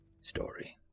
story